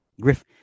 Griff